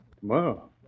Tomorrow